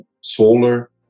solar